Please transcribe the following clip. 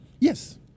Yes